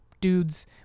dudes